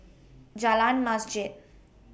Jalan Masjid